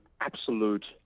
absolute